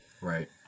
Right